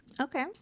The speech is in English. okay